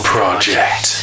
Project